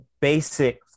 basic